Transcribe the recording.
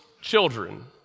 children